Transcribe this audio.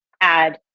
add